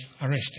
arrested